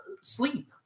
sleep